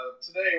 today